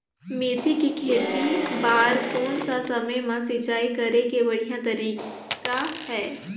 मेथी के खेती बार कोन सा समय मां सिंचाई करे के बढ़िया तारीक हे?